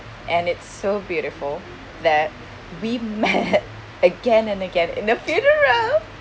and it's so beautiful that we met again and again in the funeral